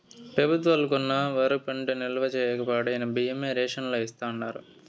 పెబుత్వాలు కొన్న వరి పంట నిల్వ చేయక పాడైన బియ్యమే రేషన్ లో ఇస్తాండారు